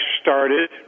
started